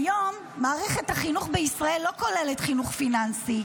כיום מערכת החינוך בישראל לא כוללת חינוך פיננסי,